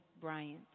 Bryant